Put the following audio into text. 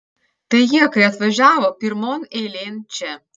tai jie kai atvažiavo pirmon eilėn čia